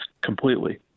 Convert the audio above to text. completely